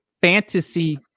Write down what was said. fantasy